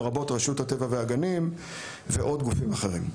לרבות רשות הטבע והגנים ועוד גופים אחרים.